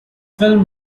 film